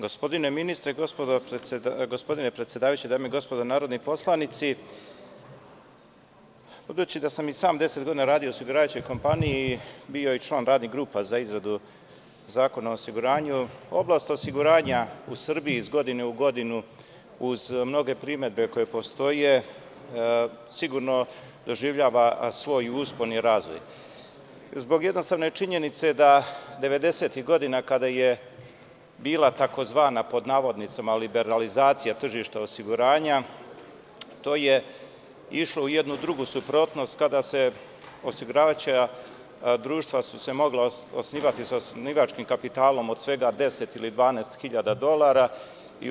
Gospodine ministre, gospodine predsedavajući, dame i gospodo narodni poslanici, budući da sam i sam deset godina radio u osiguravajućoj kompaniji i član sam radnih grupa za izradu Zakona o osiguranju, oblast osiguranja u Srbiji iz godine u godinu uz mnoge primedbe koje postoje, sigurno doživljava svoj uspon i razvoj zbog jednostavne činjenice da devedesetih godina kada je bila tzv. „liberalizacija“ tržišta osiguranja, to je išlo u jednu drugu suprotnost kada su se osiguravajuća društva mogla osnivati sa osnivačkim kapitalom od svega 10 ili 12 hiljada dolara.